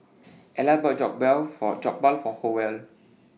Ella bought For Jokbal For Howell